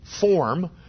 form